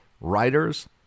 writers